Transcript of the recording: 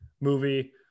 movie